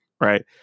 right